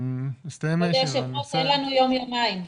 כבוד היושב-ראש, אין לנו יום-יומיים,